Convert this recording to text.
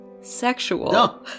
sexual